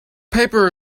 paper